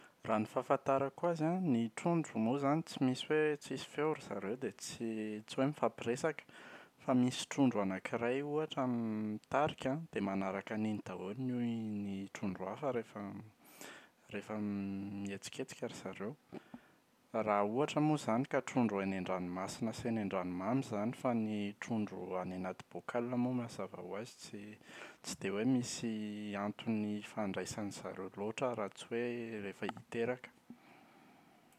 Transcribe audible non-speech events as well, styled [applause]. Raha ny fahafantarako azy an, ny trondro moa izany tsy misy hoe tsisy feo ry zareo dia tsy, tsy hoe mifampiresaka fa misy trondro anakiray ohatra mitarika an, dia manaraka an’iny daholo ny [hesitation] ny trondro hafa rehefa [hesitation] rehefa mihetsiketsika ry zareo. Raha ohatra moa izany ka trondro eny an-dranomasina sy eny an-dranomamy izany fa ny trondro any anaty bocal moa mazava ho azy tsy, tsy dia hoe misy antony hifandraisan’izareo loatra raha tsy hoe rehefa hiteraka.